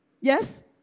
Yes